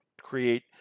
create